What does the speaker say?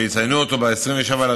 שיציינו אותו ב-27 בינואר